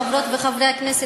חברות וחברי הכנסת,